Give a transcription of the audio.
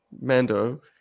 Mando